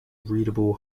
readable